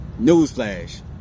newsflash